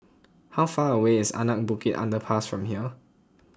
how far away is Anak Bukit Underpass from here